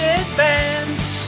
advance